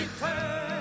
Return